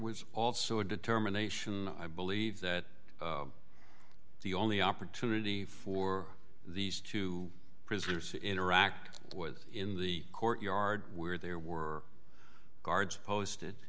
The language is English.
was also a determination i believe that the only opportunity for these two prisoners to interact was in the court yard where there were guards posted